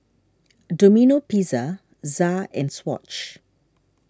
Domino Pizza Za and Swatch